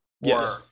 Yes